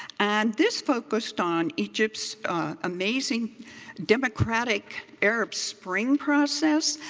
and this focused on egypt's amazing democratic arab spring process.